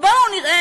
בואו נראה,